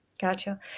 Gotcha